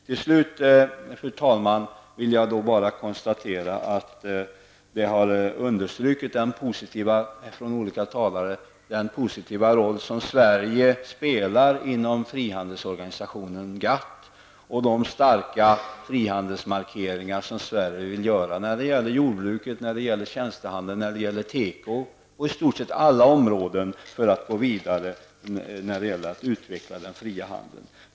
Till slut, fru talman, vill jag bara konstatera att olika talare har understrukit den positiva roll som Sverige spelar inom frihandelsorganisationen GATT och de starka frihandelsmarkeringar som Sverige vill göra för att när det gäller jordbruket, tjänstehandeln, teko och i stort sett alla områden gå vidare med att utveckla den fria handeln.